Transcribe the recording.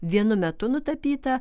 vienu metu nutapyta